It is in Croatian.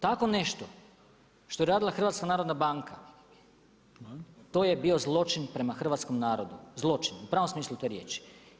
Tako nešto što je radila HNB, to je bio zločin prema hrvatskom narodu, zločin, u pravom smislu te riječi.